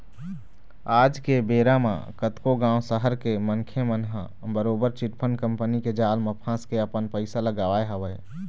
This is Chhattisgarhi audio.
आज के बेरा म कतको गाँव, सहर के मनखे मन ह बरोबर चिटफंड कंपनी के जाल म फंस के अपन पइसा ल गवाए हवय